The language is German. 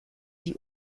die